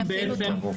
מי יפעיל אותן?